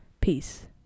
peace